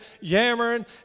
yammering